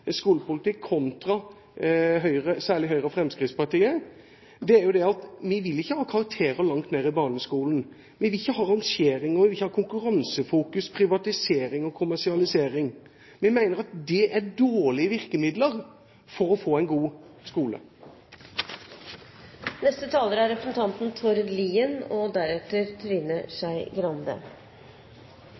skolepolitikk kontra særlig Høyres og Fremskrittspartiets. Det er jo det at vi vil ikke ha karakterer langt ned i barneskolen. Vi vil ikke ha rangering, og vi vil ikke ha konkurransefokus, privatisering og kommersialisering. Vi mener at det er dårlige virkemidler for å få en god